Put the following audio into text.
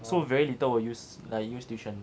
so very little will use like use tuition